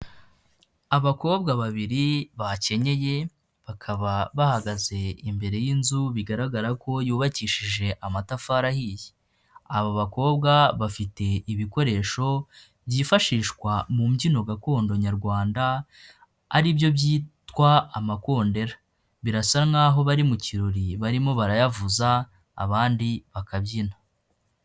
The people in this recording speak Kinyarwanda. Abakobwa babiri bakenyeye bakaba bahagaze imbere y'inzu, bigaragara ko yubakishije amatafari ahiye. Aba bakobwa bafite ibikoresho byifashishwa mu mbyino gakondo nyarwanda, aribyo byitwa amakondera. Birasa nk'aho bari mu kirori barimo barayavuza abandi bakabyina.